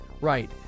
Right